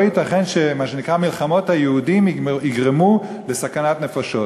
לא ייתכן שמה שנקרא "מלחמות היהודים" יגרמו לסכנת נפשות.